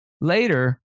Later